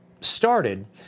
started